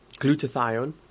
glutathione